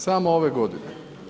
Samo ove godine.